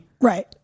Right